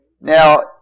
Now